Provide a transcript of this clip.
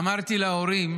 אמרתי להורים